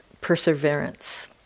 perseverance